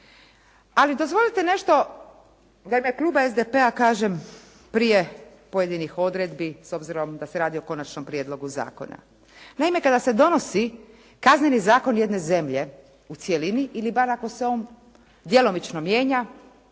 Ali dozvolite nešto da u ime kluba SDP-a kažem prije pojedinih odredbi, s obzirom da se radi o konačnom prijedlogu zakona. Naime, kada se donosi Kazneni zakon jedne zemlje u cjelini, ili bar ako se on djelomično mijenja